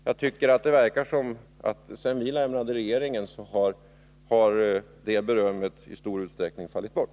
Det verkar som om detta beröm sedan vi lämnade regeringen i stor utsträckning har fallit bort.